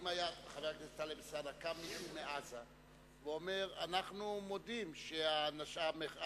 אם היה קם מישהו מעזה ואומר: אנחנו מודים שה"חמאס"